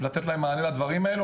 לתת להם מענה לדברים הללו.